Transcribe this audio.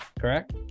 correct